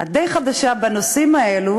שאת די חדשה בנושאים האלה,